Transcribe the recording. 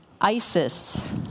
ISIS